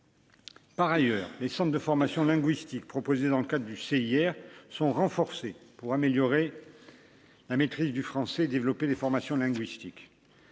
Par ailleurs, les centres de formation linguistique proposé dans le cas du CIR sont renforcés pour améliorer la maîtrise du français, développer des formations linguistiques,